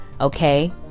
okay